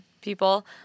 people